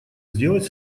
сделать